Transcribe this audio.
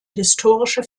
historische